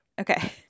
Okay